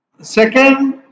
Second